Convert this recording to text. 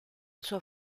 suo